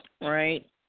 right